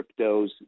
cryptos